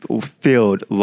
filled